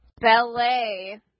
Ballet